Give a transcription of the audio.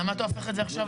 למה אתה הופך את זה עכשיו?